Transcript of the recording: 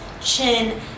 chin